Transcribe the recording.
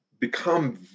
become